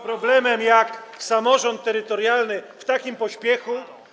problemem, jak samorząd terytorialny, w takim pośpiechu?